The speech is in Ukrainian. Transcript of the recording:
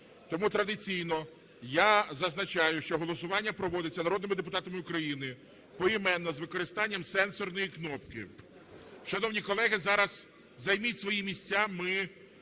тому традиційно я зазначаю, що голосування проводиться народними депутатами України поіменно з використанням сенсорної кнопки. Шановні колеги, зараз займіть свої місця.